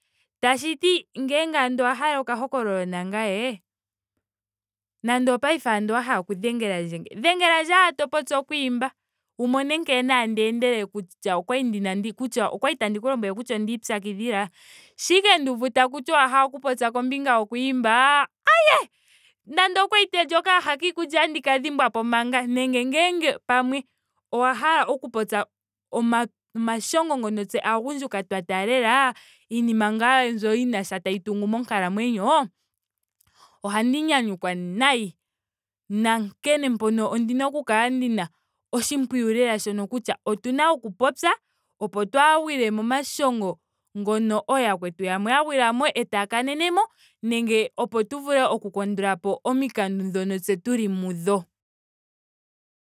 Tashiti ngele owa hala okahokololo nangame nando ongaashingeyi wa hala oku dhengelandje nge. dhengelandje ashike to popi oku imba wu mone nkene to mono tandi endelele kutya okwali tandi ku lombwele kutya onda ipyakidhila. shampa ashike nduuvu kutya owa hala oku popya kombinga yoku imba. aye nando okwali tandili okayaha kikulya otandi ka dhimbwa po manga nenge ngele pamwe owa hala oku popya oma- omashongo ngono tse aagundjuka twa taalela iinima ngaa mbyo yinasha tayi tungu monkalamwenyo. ohandi nyanyukwa nayi. Nankene mpono ondina oku kala oshimpwiyu lela shono kutya otuna oku popya opo twaa gwile momashongo ngono ooyakwatu yamwe ya gwilamo etaya kanenemo nenge opo tu vule oku kandulapo omikanda dhono tse tulimo mudho